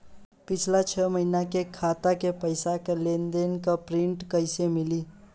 पिछला छह महीना के खाता के पइसा के लेन देन के प्रींट कइसे मिली?